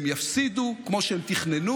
והם יפסידו, כמו שהם תכננו,